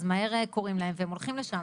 אז מהר קוראים להם והם הולכים לשם